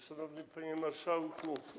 Szanowny Panie Marszałku!